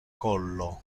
collo